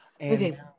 Okay